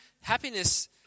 happiness